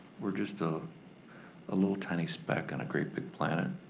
we're just ah a little tiny speck on a great big planet.